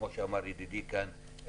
כמו שאמר ידידי כאן,